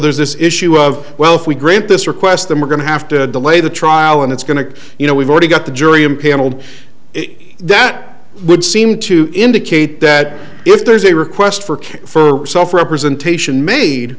there's this issue of well if we grant this request then we're going to have to delay the trial and it's going to you know we've already got the jury impaneled it that would seem to indicate that if there's a request for care for self representation made